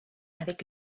avec